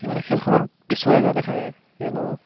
সিমানে খেলখনত পিছুৱাই যোৱা দেখা যায় কিয়নো